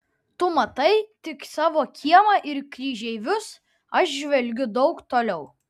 tu matai tik savo kiemą ir kryžeivius aš žvelgiu daug toliau